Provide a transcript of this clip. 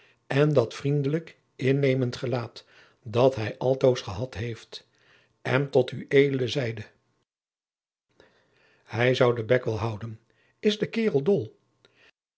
en dat vriendelijk innemend gelaat dat hij altoos gehad heeft en tot ued zeide hij zoû den bek wel houden is de kaerel dol